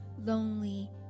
lonely